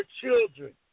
children